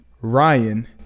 ryan